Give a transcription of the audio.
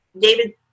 david